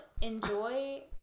enjoy